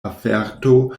averto